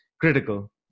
critical